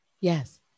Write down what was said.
yes